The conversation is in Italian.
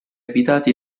abitati